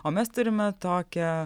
o mes turime tokią